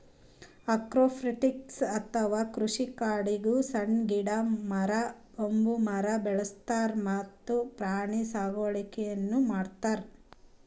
agroforestry ಅಥವಾ ಕೃಷಿಕಾಡ್ನಾಗ್ ಸಣ್ಣ್ ಗಿಡ, ಮರ, ಬಂಬೂ ಮರ ಬೆಳಸ್ತಾರ್ ಮತ್ತ್ ಪ್ರಾಣಿ ಸಾಗುವಳಿನೂ ಮಾಡ್ತಾರ್